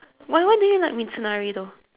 wh~ why do you like mitsunari though